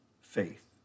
faith